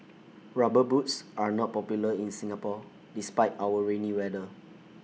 rubber boots are not popular in Singapore despite our rainy weather